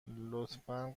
لطفا